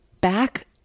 back